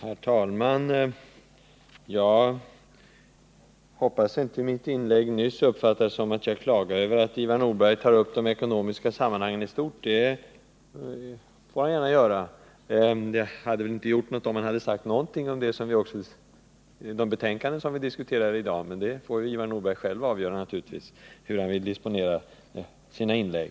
Herr talman! Jag hoppas att mitt inlägg nyss inte uppfattades som att jag klagade över att Ivar Nordberg tar upp de ekonomiska sammanhangen i stort. Det får han gärna göra. Det hade väl inte skadat ifall han hade sagt någonting om de betänkanden som behandlas i dag, men Ivar Nordberg får naturligtvis själv avgöra hur han vill disponera sina inlägg.